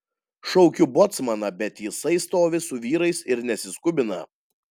šaukiu bocmaną bet jisai stovi su vyrais ir nesiskubina